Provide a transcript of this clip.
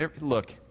Look